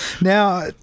Now